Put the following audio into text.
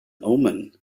omen